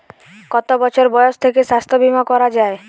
কত বছর বয়স থেকে স্বাস্থ্যবীমা করা য়ায়?